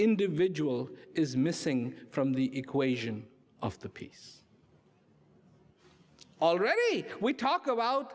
individual is missing from the equation of the peace already we talk about